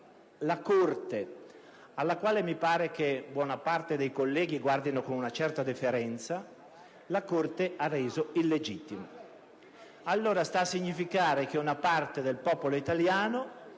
alla quale mi pare che buona parte dei colleghi guardino con una certa deferenza, ha reso illegittima. Ciò sta allora a significare che una parte del popolo italiano